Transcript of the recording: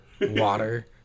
water